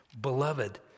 Beloved